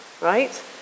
right